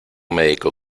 médico